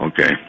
Okay